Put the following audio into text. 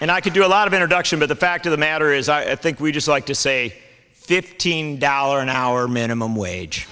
and i could do a lot of interaction but the fact of the matter is i think we just like to say fifteen dollars an hour minimum wage